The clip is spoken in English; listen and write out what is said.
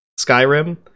Skyrim